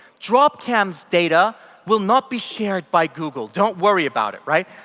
drop cam's data will not be shared by google, don't worry about it, right.